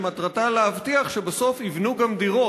שמטרתה להבטיח שבסוף יבנו גם דירות,